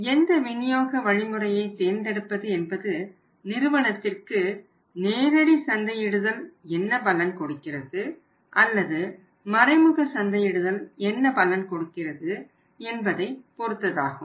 எந்த விநியோக வழிமுறையை தேர்ந்தெடுப்பது என்பது நிறுவனத்திற்கு நேரடி சந்தையிடுதல் என்ன பலன் கொடுக்கிறது அல்லது மறைமுக சந்தையிடுதல் என்ன பலன் கொடுக்கிறது என்பதை பொருத்ததாகும்